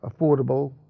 affordable